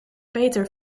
peter